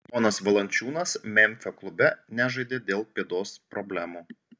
jonas valančiūnas memfio klube nežaidė dėl pėdos problemų